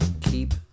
keep